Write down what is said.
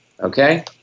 Okay